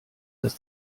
das